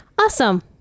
Awesome